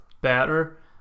better